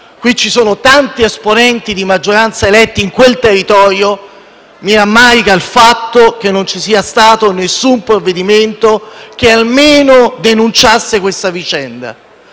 Qui ci sono tanti esponenti di maggioranza eletti di quel territorio; mi rammarica il fatto che non vi sia stato nessun provvedimento che almeno denunciasse questa vicenda.